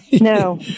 No